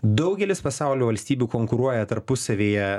daugelis pasaulio valstybių konkuruoja tarpusavyje